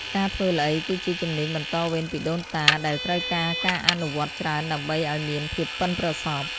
ការធ្វើល្អី គឺជាជំនាញបន្តវេនពីដូនតា ដែលត្រូវការការអនុវត្តច្រើនដើម្បីឱ្យមានភាពប៉ិនប្រសប់។